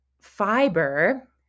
fiber